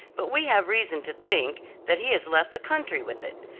but we have reason to think that he has left the country with it.